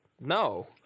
no